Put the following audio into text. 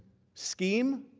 scheme?